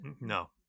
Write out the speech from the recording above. No